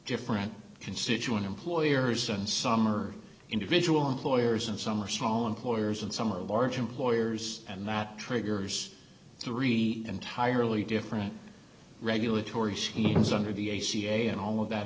different constituent employers and some are individual employers and some are small employers and some are large employers and that triggers three entirely different regulatory sheens under the ac and all of that